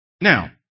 Now